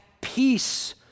peace